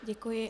Děkuji.